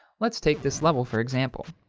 let's take this level for example.